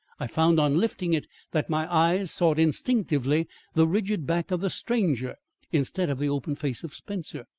i found on lifting it that my eyes sought instinctively the rigid back of the stranger instead of the open face of spencer.